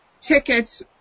tickets